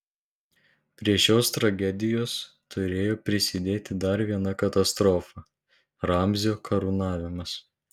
prie šios tragedijos turėjo prisidėti dar viena katastrofa ramzio karūnavimas